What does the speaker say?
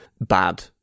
bad